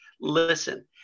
listen